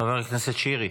חבר הכנסת שירי,